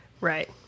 Right